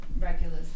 regulars